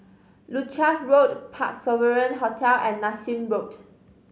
Leuchars Road Parc Sovereign Hotel and Nassim Road